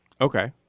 Okay